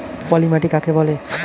পলি মাটি কাকে বলে?